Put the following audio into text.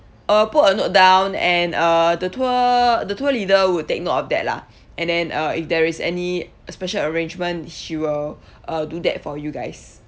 uh put a note down and uh the tour the tour leader would take note of that lah and then uh if there is any special arrangement she will uh do that for you guys